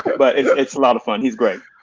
but it's a lot of fun, he's great.